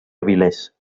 avilés